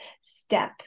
step